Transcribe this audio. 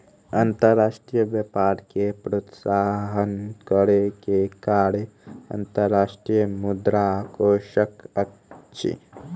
अंतर्राष्ट्रीय व्यापार के प्रोत्साहन करै के कार्य अंतर्राष्ट्रीय मुद्रा कोशक अछि